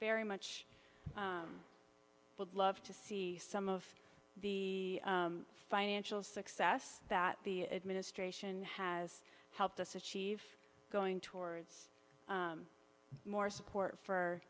very much would love to see some of the financial success that the administration has helped us achieve going towards more support for